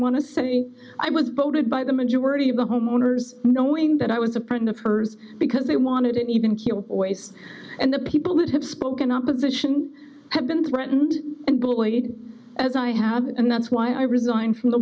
want to say i was voted by the majority of the homeowners knowing that i was a print of hers because they wanted an even keel poised and the people that have spoken opposition have been threatened and bullied as i have and that's why i resigned from the